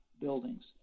buildings